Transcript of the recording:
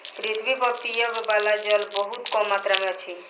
पृथ्वी पर पीबअ बला जल बहुत कम मात्रा में अछि